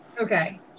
okay